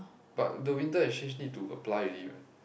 but the winter exchange need to apply already what